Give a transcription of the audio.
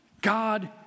God